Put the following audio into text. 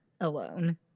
alone